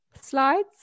slides